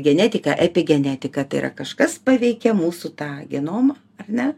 genetika epigenetika tai yra kažkas paveikia mūsų tą genomą ar ne